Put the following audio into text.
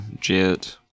Jet